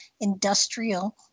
industrial